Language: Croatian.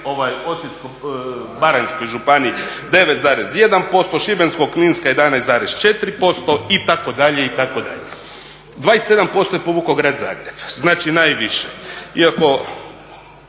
ne u Osječko-baranjskoj županiji 9,1%, Šibensko-kninska 11,4% itd., itd. 27% je povukao Grad Zagreb, znači najviše. Iako